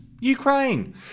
Ukraine